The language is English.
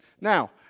Now